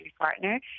partner